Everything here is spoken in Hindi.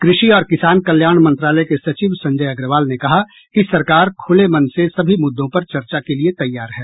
कृषि और किसान कल्याण मंत्रालय के सचिव संजय अग्रवाल ने कहा कि सरकार खुले मन से सभी मुद्दों पर चर्चा के लिए तैयार है